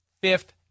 Fifth